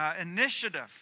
Initiative